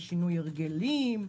בשינוי הרגלים,